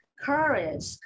courage